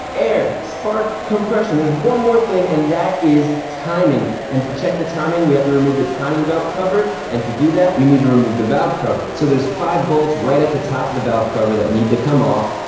air, spark, compression. there's one more thing, and that is timing. and to check the timing, we have to remove the timing belt cover, and to do that, we need to remove the valve cover. so there's five bolts right at the top of the valve cover that need to come off.